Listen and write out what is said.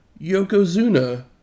Yokozuna